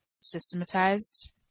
systematized